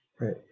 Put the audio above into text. right